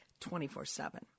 24-7